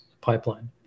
pipeline